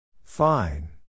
Fine